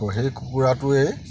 আকৌ সেই কুকুৰাটোৱেই